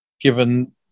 given